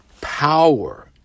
power